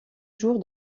jours